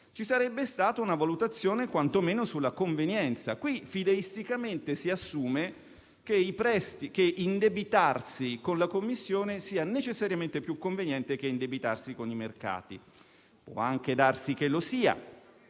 ci sarebbe stata una valutazione quantomeno sulla convenienza. Qui fideisticamente si assume che indebitarsi con la Commissione sia necessariamente più conveniente che indebitarsi con i mercati. Può anche darsi che lo sia,